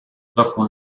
dopo